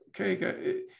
okay